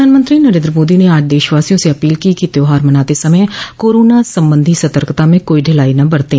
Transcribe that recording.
प्रधानमंत्री नरेन्द्र मोदी ने आज देशवासियों से अपील की कि त्योहार मनाते समय कोरोना संबंधी सतर्कता म कोई ढिलाई न बरतें